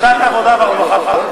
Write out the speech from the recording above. ועדת העבודה והרווחה.